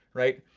right?